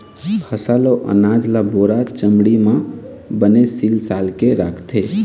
फसल अउ अनाज ल बोरा, चुमड़ी म बने सील साल के राखथे